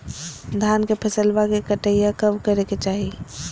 धान के फसलवा के कटाईया कब करे के चाही?